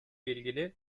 ilgili